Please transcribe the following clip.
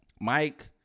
Mike